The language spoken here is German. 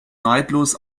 neidlos